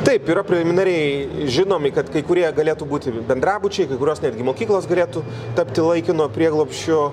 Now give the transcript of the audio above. taip yra preliminariai žinomi kad kai kurie galėtų būti bendrabučiai kai kurios netgi mokyklos galėtų tapti laikinu prieglobsčiu